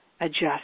adjust